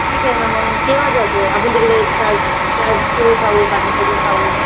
ठीक आहे ना मग केव्हा जायचं आपण तिकडे चाट चाटपुरी खाऊ पाणीपुरी खाऊ